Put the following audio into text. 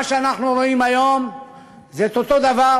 מה שאנחנו רואים היום זה אותו דבר,